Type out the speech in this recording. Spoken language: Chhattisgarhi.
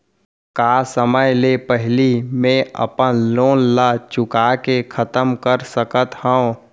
का समय ले पहिली में अपन लोन ला चुका के खतम कर सकत हव?